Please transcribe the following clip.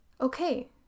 Okay